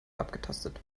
abgetastet